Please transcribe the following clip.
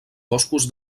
boscos